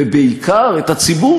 ובעיקר את הציבור,